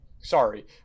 Sorry